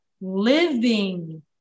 living